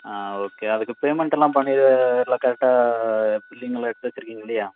ஆ okay அதுக்கு பேமண்ட்டெல்லாம் பண்ணி கரெக்டாக பில்லிங் எல்லாம் எடுத்து வச்சிருக்கீங்க இல்லையா